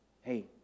Hey